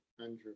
Andrew